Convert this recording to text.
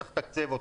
צריך לתקצב אותו.